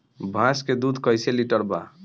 भैंस के दूध कईसे लीटर बा?